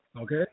okay